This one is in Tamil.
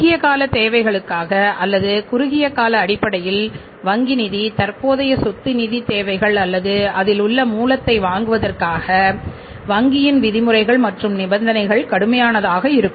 குறுகிய கால தேவைகளுக்காக அல்லது குறுகிய கால அடிப்படையில் வங்கி நிதி தற்போதைய சொத்து நிதி தேவைகள் அல்லது அதில் உள்ள மூலத்தை வழங்குவதற்காக வங்கியின் விதிமுறைகள் மற்றும் நிபந்தனைகள் கடுமையானதாக இருக்கும்